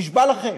נשבע לכם,